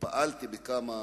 פעלתי בכמה